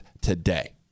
today